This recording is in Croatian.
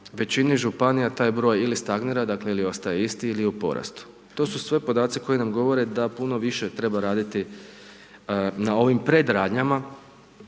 većini županija taj broj ili stagnira, dakle ili ostaje isti ili je u porastu. To su sve podaci koji nam govore da puno više treba raditi na ovim predradnjama